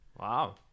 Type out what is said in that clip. Wow